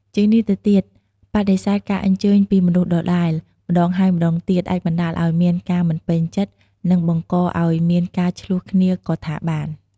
ជាងនេះទៅទៀត បដិសេធការអញ្ជើញពីមនុស្សដដែល ម្តងហើយម្តងទៀតអាចបណ្តាលឱ្យមានការមិនពេញចិត្ត និងបង្កអោយមានការឈ្លោះគ្នាក៍ថាបាន។